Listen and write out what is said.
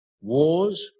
wars